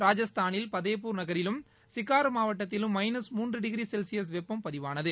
ராஜஸ்தானில் பதேப்பூர் நகிலும் சிக்கார் மாவட்டத்திலும் மைனஸ் மூன்றுடகிரிசெல்ஸியஸ் வெப்பம் பதிவானது